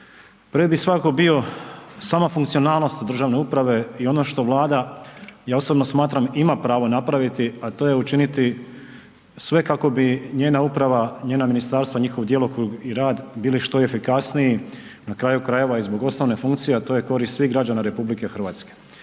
Prije bi svatko bio sama funkcionalnost državne uprave i ono što Vlada, ja osobno smatram, ima pravo napraviti, a to je učiniti sve kako bi njena uprava, njena ministarstva, njihov djelokrug i rad biti što efikasniji. Na kraju krajeva i zbog osnovne funkcije, a to je korist svih građana RH.